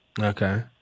Okay